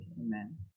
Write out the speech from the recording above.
Amen